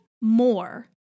more